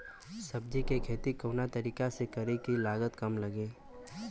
सब्जी के खेती कवना तरीका से करी की लागत काम लगे?